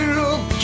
look